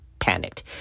panicked